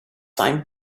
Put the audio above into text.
time